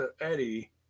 Eddie